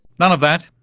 none of that!